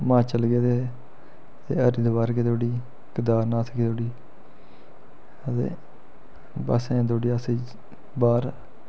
हिमाचल गेदे ते हरिद्वार गेदे उठी केदारनाथ गे उठी आं ते बस अजें धोड़ी अस बाह्र